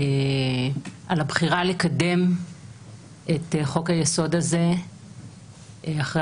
על הבחירה לקדם את חוק היסוד הזה אחרי